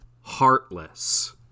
Heartless